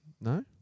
No